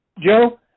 Joe